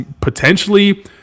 potentially